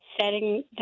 setting